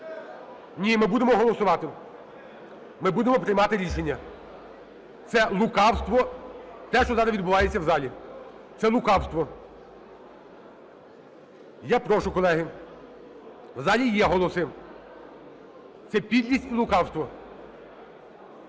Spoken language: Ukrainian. Ні, ми будемо голосувати. Ми будемо приймати рішення. Це лукавство, те, що зараз відбувається в залі. Це лукавство. Я прошу, колеги, в залі є голоси. Це підлість і лукавство.